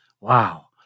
Wow